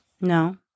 No